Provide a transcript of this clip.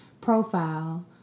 profile